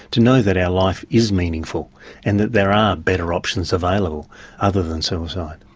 to know that our life is meaningful and that there are better options available other than suicide.